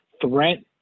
threat